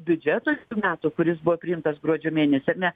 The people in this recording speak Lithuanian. biudžeto metų kuris buvo priimtas gruodžio mėnesį ar ne